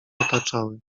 otaczały